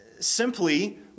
simply